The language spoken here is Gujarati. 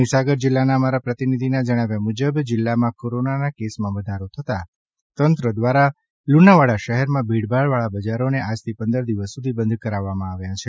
મહિસાગર જિલ્લાના અમારા પ્રતિનિધિના જણાવ્યા મુજબ જિલ્લામાં કોરોનાના કેસમાં વધારો થતાં તંત્ર દ્વારા લુણાવાડા શહેરમાં ભીડભાડવાળા બજારોને આજથી પંદર દિવસ સુધી બંધ કરાવવામાં આવ્યા છે